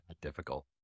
difficult